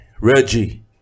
Reggie